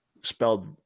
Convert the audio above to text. Spelled